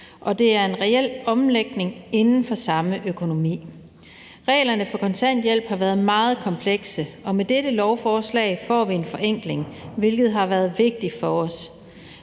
tale om en reel omlægning inden for samme økonomi. Reglerne om kontanthjælp har været meget komplekse, og med dette lovforslag får vi en forenkling, hvilket har været vigtigt for os.